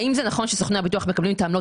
האם זה נכון שסוכני הביטוח מקבלים את העמלות